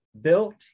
built